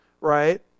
right